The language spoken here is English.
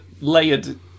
layered